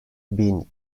bin